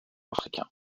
africains